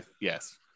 Yes